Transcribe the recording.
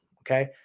okay